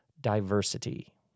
diversity